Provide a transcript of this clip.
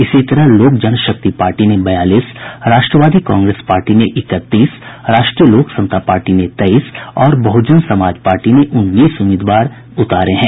इसी तरह लोक जनशक्ति पार्टी ने बयालीस राष्ट्रवादी कांग्रेस पार्टी ने इकतीस राष्ट्रीय लोक समता पार्टी ने तेईस और बहजन समाज पार्टी ने उन्नीस उम्मीदवार उतारे हैं